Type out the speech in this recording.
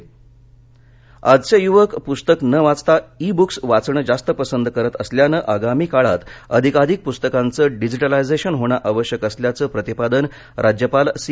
E books आजचे युवक पुस्तक न वाचता ई बुक्स वाचनं जास्त पसंद करत असल्यानं आगामी काळात अधिकाधिक पुस्तकांच डिजिटलायझेशन होणं आवश्यक असल्याचं प्रतिपादन राज्यपाल सी